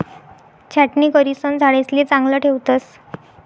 छाटणी करिसन झाडेसले चांगलं ठेवतस